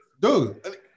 Dude